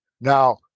Now